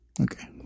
okay